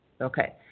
Okay